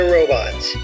Robots